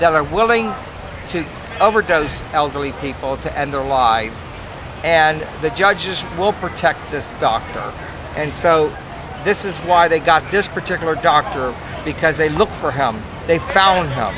that are willing to overdose elderly people to end their lives and the judges will protect this doctor and so this is why they got dissed particular doctor because they look for how they found out